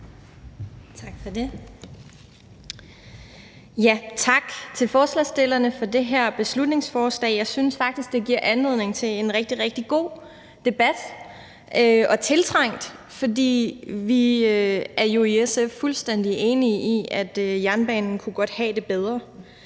Tak til forslagsstillerne for det her beslutningsforslag. Jeg synes faktisk, det giver anledning til en rigtig, rigtig god debat – en tiltrængt debat, for vi er jo i SF fuldstændig enige i, at jernbanen godt kunne have det bedre,